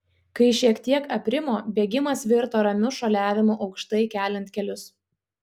kai šiek tiek aprimo bėgimas virto ramiu šuoliavimu aukštai keliant kelius